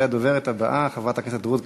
והדוברת הבאה, חברת הכנסת רות קלדרון,